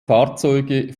fahrzeuge